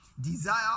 Desire